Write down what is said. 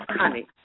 honey